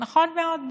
נכון מאוד,